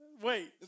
Wait